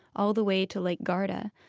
all the way to lake garda.